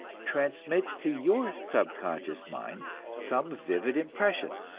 transmits to your subconscious mind some vivid impression,